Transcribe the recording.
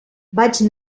vaig